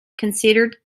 considered